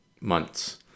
Months